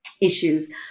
issues